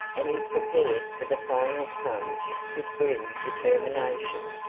and he prepared for the final plunge with grim determination.